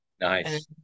Nice